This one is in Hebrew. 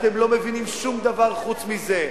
אתם לא מבינים שום דבר חוץ מזה,